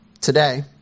Today